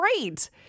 great